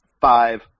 five